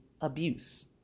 abuse